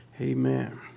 Amen